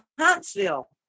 Huntsville